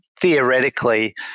theoretically